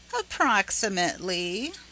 Approximately